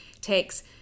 takes